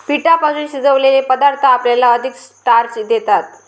पिठापासून शिजवलेले पदार्थ आपल्याला अधिक स्टार्च देतात